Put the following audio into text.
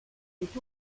est